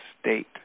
state